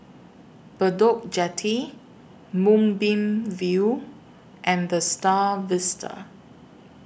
Bedok Jetty Moonbeam View and The STAR Vista